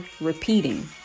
repeating